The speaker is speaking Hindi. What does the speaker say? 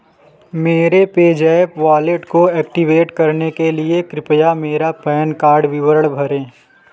मेरे पेज़ैप वालेट को ऐक्टिवेट करने के लिए कृपया मेरा पैन कार्ड विवरण भरें